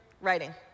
writing